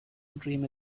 dream